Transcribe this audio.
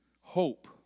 Hope